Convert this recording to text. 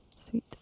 sweet